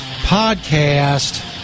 podcast